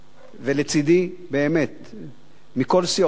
ולצדי, מכל סיעות הבית,